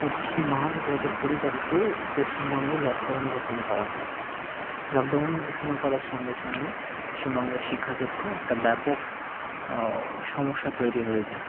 পঁচিশে মার্চ দু হাজার কুড়ি তারিখে পশ্চিমবঙ্গে লকডাউন ঘোষণা করা হয় লকডাউন ঘোষণা করার সঙ্গে সঙ্গে পশ্চিমবঙ্গের শিক্ষাক্ষেত্রে একটা ব্যাপক সমস্যা তৈরি হয়ে যায়